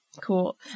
Cool